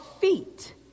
feet